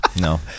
no